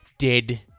dead